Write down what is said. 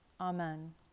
Amen